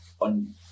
on